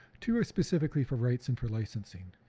two are specifically for rights and for licensing.